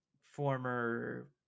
former